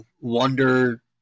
wonder